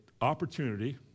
opportunity